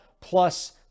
plus